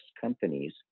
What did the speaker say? companies